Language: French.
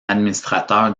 administrateur